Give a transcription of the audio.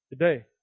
today